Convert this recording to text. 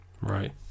Right